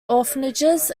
orphanages